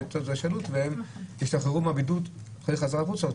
והם ישתחררו מהבידוד חזרה החוצה,